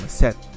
set